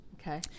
Okay